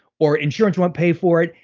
or insurance won't pay for it.